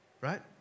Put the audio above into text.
right